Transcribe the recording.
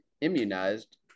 immunized